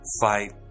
fight